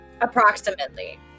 Approximately